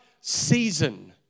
season